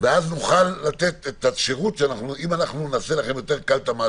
והשופטים יוכלו להגיע בתקופה שבה נצטרך את העניין הזה,